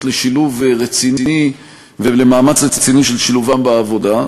לשילוב רציני ולמאמץ רציני של שילובן בעבודה,